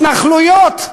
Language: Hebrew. התנחלויות,